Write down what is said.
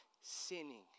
sinning